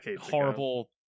horrible